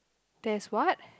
there's what